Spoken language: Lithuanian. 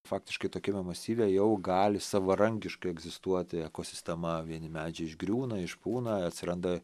faktiškai tokiame masyve jau gali savarankiškai egzistuoti ekosistema vieni medžiai išgriūna išpūna atsiranda